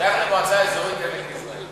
זה שייך למועצה אזורית עמק יזרעאל,